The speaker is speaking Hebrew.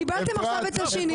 קיבלתם את השני.